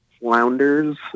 flounders